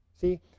See